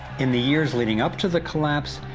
in the years leading up to the collapse,